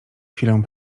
chwilę